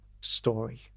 story